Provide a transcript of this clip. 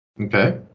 Okay